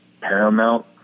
paramount